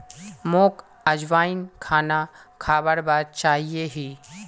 मोक अजवाइन खाना खाबार बाद चाहिए ही